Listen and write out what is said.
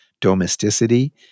domesticity